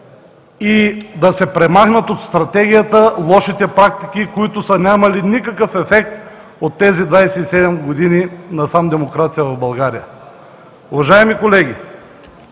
и да се премахнат от стратегията лошите практики, които са нямали никакъв ефект от тези 27 години насам демокрация в България. Уважаеми колеги,